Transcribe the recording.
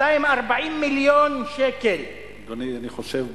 240 מיליון שקל, אדוני, אני חושב,